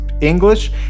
English